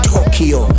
Tokyo